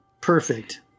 perfect